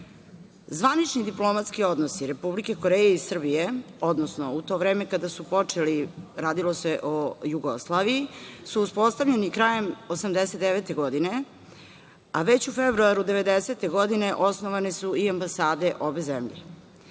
zemlje. Zvanični diplomatski odnosi Republike Koreje i Srbije, odnosno u to vreme kada su počeli, radilo se o Jugoslaviji, su uspostavljeni krajem 1989. godine, a već u februaru 1990. godine osnovane su i ambasade ove zemlje. Srbija